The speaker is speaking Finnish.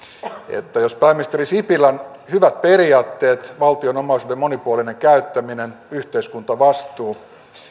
että jos pääministeri sipilän hyvät periaatteet valtion omaisuuden monipuolinen käyttäminen yhteiskuntavastuu